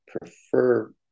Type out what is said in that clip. prefer